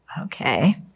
Okay